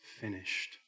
finished